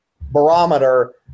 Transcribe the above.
Barometer